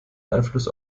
einfluss